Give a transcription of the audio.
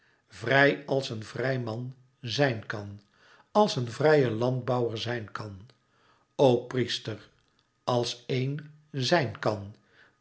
vrij als een vrij man zijn kan als een vrije landbouwer zijn kan o priester als éen zijn kan